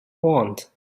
want